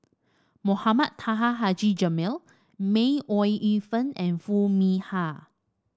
Mohamed Taha Haji Jamil May Ooi Yu Fen and Foo Mee Har